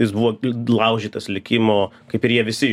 jis buvo d laužytas likimo kaip ir jie visi